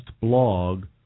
blog